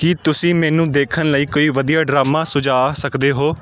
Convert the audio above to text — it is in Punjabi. ਕੀ ਤੁਸੀਂ ਮੈਨੂੰ ਦੇਖਣ ਲਈ ਕੋਈ ਵਧੀਆ ਡਰਾਮਾ ਸੁਝਾਅ ਸਕਦੇ ਹੋ